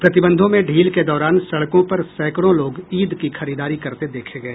प्रतिबंधों में ढील के दौरान सड़कों पर सैकड़ों लोग ईद की खरीदारी करते देखें गए